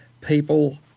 people